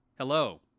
Hello